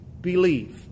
believe